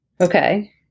Okay